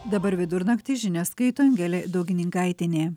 dabar vidurnaktį žinias skaito angelė daugininkaitienė